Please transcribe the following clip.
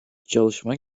çalışma